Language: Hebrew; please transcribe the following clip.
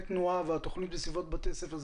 התוכנית לסביבת בתי הספר.